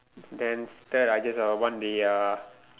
then then I just want the uh